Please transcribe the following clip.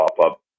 pop-up